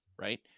right